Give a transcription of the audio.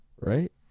Right